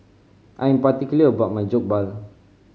I am particular about my Jokbal